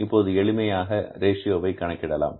இப்போது எளிமையாக ரேஷியோவை கணக்கிடலாம்